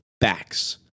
backs